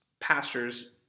pastors